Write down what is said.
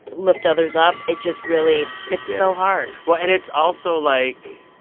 lift others up, it just really it's so hard well and it's also, like,